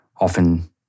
often